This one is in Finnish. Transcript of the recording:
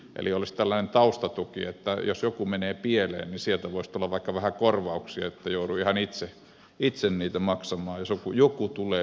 eli olisi tällainen taustatuki että jos joku menee pieleen niin sieltä voisi tulla vaikka vähän korvauksia ettei joudu ihan itse niitä maksamaan jos joku tulee pienikin ongelma